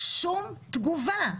שום תגובה,